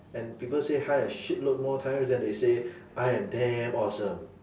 and people say hi a shit load more times than they say I am damn awesome